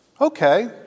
okay